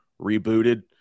rebooted